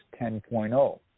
10.0